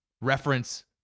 reference